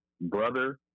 brother